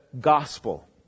gospel